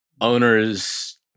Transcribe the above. owners